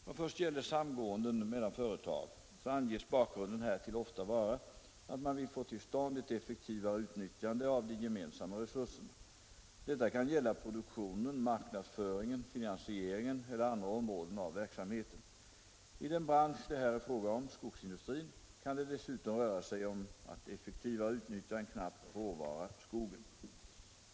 Vad först gäller samgåenden mellan företag anges bakgrunden härtill ofta vara att man vill få till stånd ett effektivare utnyttjande av de gemensamma resurserna. Detta kan gälla produktionen, marknadsföringen, finansieringen eller andra områden av verksamheten. I den bransch det här är fråga om — skogsindustrin — kan det dessutom röra sig om att effektivare utnyttja en knapp råvara — skogen.